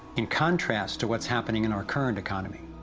in contrast to what's happening in our current economy.